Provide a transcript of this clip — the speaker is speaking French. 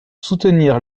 soutenir